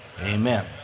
Amen